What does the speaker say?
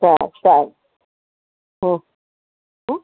સારું સારું